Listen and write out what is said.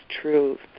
truth